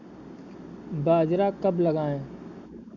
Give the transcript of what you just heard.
बाजरा कब लगाएँ?